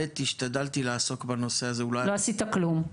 שנית, השתדלתי לעסוק בנושא הזה -- לא עשית כלום.